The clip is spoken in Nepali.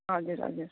हजुर हजुर